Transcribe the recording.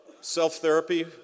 self-therapy